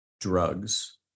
drugs